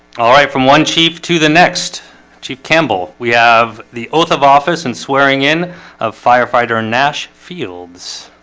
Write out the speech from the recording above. all right from one chief to the next chief campbell we have the oath of office and swearing-in of firefighter nash fields